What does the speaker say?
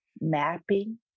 mapping